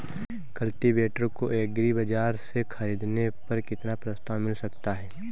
Cultivator को agri बाजार से ख़रीदने पर कितना प्रस्ताव मिल सकता है?